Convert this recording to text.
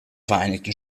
vereinigten